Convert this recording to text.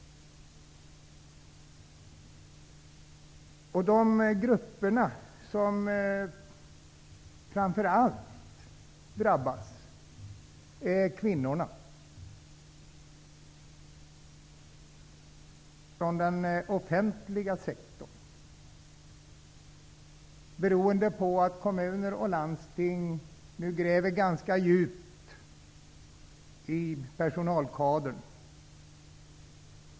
De som framför allt drabbas är kvinnorna inom den offentliga sektorn, beroende på att kommuner och landsting nu gräver ganska djupt i personalkadern.